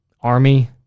Army